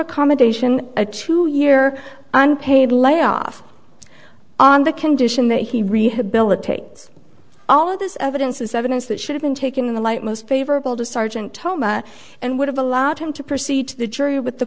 accommodation a two year unpaid layoff on the condition that he rehabilitates all of this evidence is evidence that should have been taken in the light most favorable to sergeant toma and would have allowed him to proceed to the